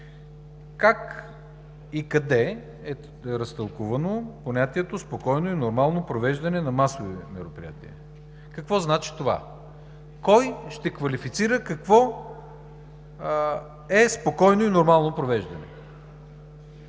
Как и къде е разтълкувано понятието „спокойно и нормално провеждане на масови мероприятия“? Какво значи това? Кой ще квалифицира какво е спокойно и нормално провеждане?